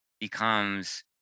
becomes